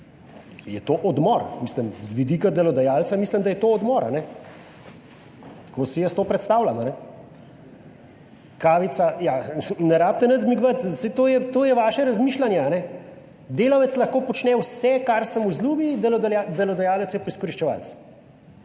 je to odmor. Mislim, z vidika delodajalca mislim, da je to odmor, ali ne? Tako si jaz to predstavljam. Kavica... Ja, ne rabite nič zmigovati, saj to je vaše razmišljanje. Delavec lahko počne vse, kar se mu vzljubi. Delodajalec je izkoriščevalec.